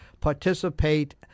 participate